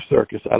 circus